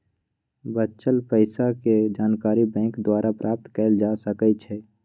बच्चल पइसाके जानकारी बैंक द्वारा प्राप्त कएल जा सकइ छै